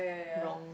wrong